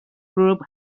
group